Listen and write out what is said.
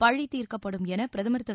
பழிதீர்க்கப்படும் என பிரதமர் திரு